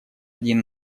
один